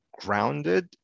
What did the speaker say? grounded